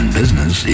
business